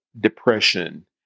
depression